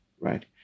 right